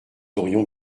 aurions